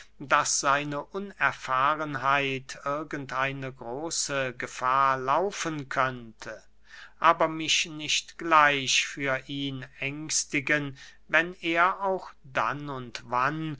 daß seine unerfahrenheit irgend eine große gefahr laufen könnte aber mich nicht gleich für ihn ängstigen wenn er auch dann und wann